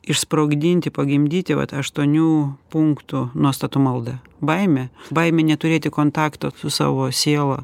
išsprogdinti pagimdyti vat aštuonių punktų nuostatų malda baimė baimė neturėti kontakto savo siela